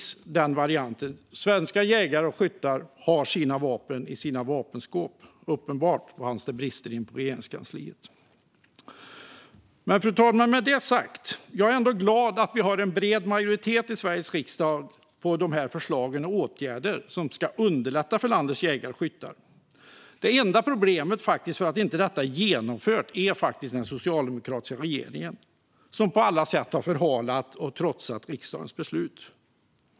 Svenska jägare och skyttar har sina vapen i vapenskåp, men uppenbart fanns det brister inne på Regeringskansliet. Fru talman! Med det sagt är jag ändå glad att vi har en bred majoritet i Sveriges riksdag gällande dessa förslag och åtgärder, som ska underlätta för landets jägare och skyttar. Det enda problemet som gör att detta inte är genomfört är faktiskt den socialdemokratiska regeringen, som på alla sätt har förhalat och trotsat riksdagens beslut.